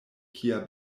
kia